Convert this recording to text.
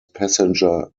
passenger